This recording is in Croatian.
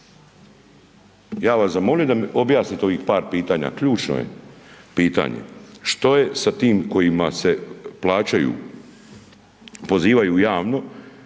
bih vas zamolio da mi objasnite ovih par pitanja, ključno je pitanje što je sa tim kojima se plaćaju, pozivaju javno